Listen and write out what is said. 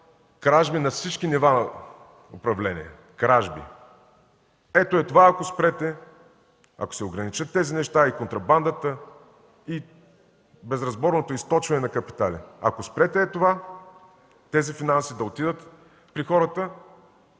кражби на всички нива на управлението. Кражби! Ето, ако спрете това, ако се ограничат тези неща и контрабандата, безразборното източване на капитали – ако спрете ето това и тези финанси да отидат при хората,